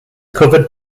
covered